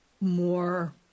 more